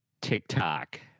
TikTok